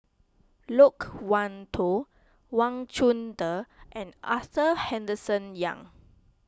Loke Wan Tho Wang Chunde and Arthur Henderson Young